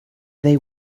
they